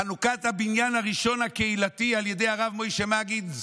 חנוכת הבניין הראשון הקהילתי על ידי הרב משה מגיד,